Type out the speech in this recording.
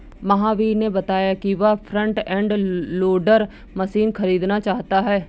महावीर ने बताया कि वह फ्रंट एंड लोडर मशीन खरीदना चाहता है